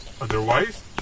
Otherwise